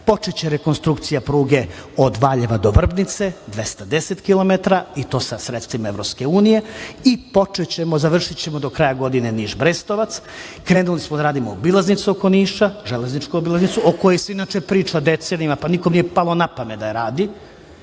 žele. Počeće rekonstrukcija pruge od Valjeva do Vrbnice, 210 kilometara i to sa sredstvima EU i počećemo, završićemo do kraja godine Niš – Brestovac. Krenuli smo da radimo obilaznicu oko Niša, železničku obilaznicu, o kojoj se inače priča decenijama pa nikom nije palo napamet da je radi.